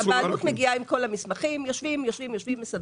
הבעלות מגיעה עם כל המסמכים, יושבים ומסדרים.